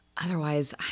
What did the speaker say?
Otherwise